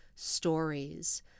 stories